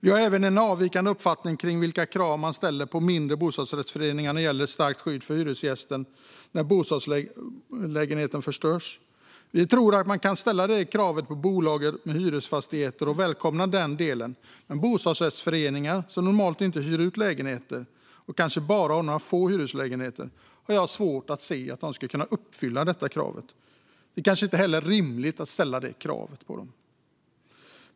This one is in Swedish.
Vi har även en avvikande uppfattning om vilket krav man kan ställa på mindre bostadsrättsföreningar vad gäller starkt skydd för hyresgästen när bostadslägenheten förstörs. Detta krav kan ställas på bolag med hyresfastigheter, vilket vi välkomnar, men bostadsrättsföreningar, som normalt inte hyr ut lägenheter eller kanske bara har några få hyreslägenheter, kan ha svårt att uppfylla detta krav. Det är kanske inte heller rimligt att ställa detta krav på dem.